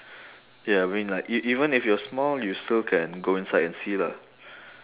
ya I mean like e~ even if you are small you still can go inside and see lah